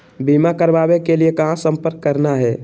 बीमा करावे के लिए कहा संपर्क करना है?